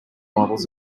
bottles